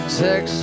sex